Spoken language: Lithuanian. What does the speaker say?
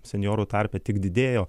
senjorų tarpe tik didėjo